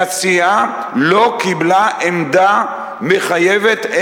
והסיעה לא קיבלה עמדה מחייבת,